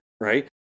right